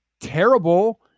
terrible